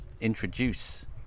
introduce